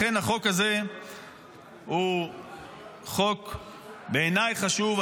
לכן החוק הזה הוא חוק, בעיניי, חשוב.